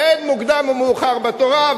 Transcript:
אין מוקדם ומאוחר בתורה,